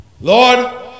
Lord